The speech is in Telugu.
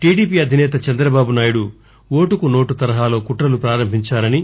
టిడిపి అధినేత చంద్రబాబు నాయుడు ఓటుకు నోటు తరహాలో కుట్రలు ప్రారంభించారని